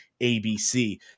ABC